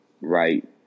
right